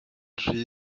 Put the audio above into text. rhy